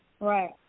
Right